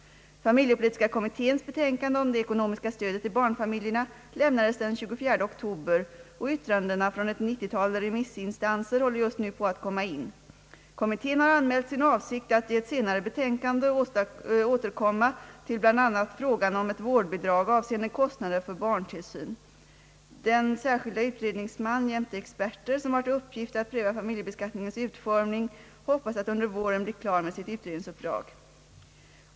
Familjepolitiska kommitténs betänkande om det ekono miska stödet till barnfamiljerna lämnades den 24 oktober, och yttrandena från ett 90-tal remissinstanser håller just nu på att komma in. Kommittén har anmält sin avsikt att i ett senare betänkande återkomma till bl.a. frågan om ett vårdbidrag avseende kostnader för barntillsyn. Den särskilda utredningsman jämte experter som har till uppgift att pröva familjebeskattningens utformning hoppas att under våren bli klar med sitt utredningsuppdrag.